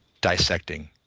dissecting